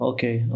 Okay